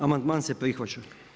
Amandman se prihvaća.